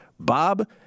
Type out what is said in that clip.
Bob